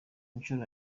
nshuro